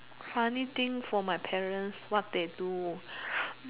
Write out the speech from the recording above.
funny thing for my parents what they do